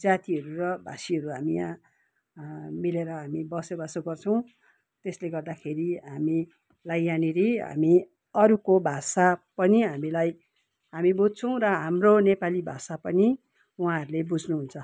जातिहरू र भाषीहरू हामी यहाँ मिलेर हामी बसोबासो गर्छौँ त्यसले गर्दाखेरि हामीलाई यहाँनिर हामी अरूको भाषा पनि हामीलाई हामी बुझ्छौँ र हाम्रो नेपाली भाषा पनि उहाँहरूले बुझ्नुहुन्छ